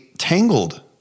Tangled